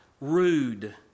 rude